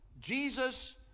Jesus